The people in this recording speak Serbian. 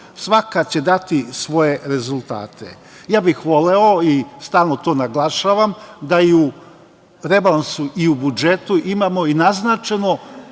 Svaka će dati svoje rezultate. Ja bih voleo, stalno to naglašavam, da i u rebalansu i u budžetu imamo i naznačeno